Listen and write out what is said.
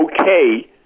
okay